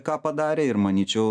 ką padarė ir manyčiau